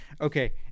Okay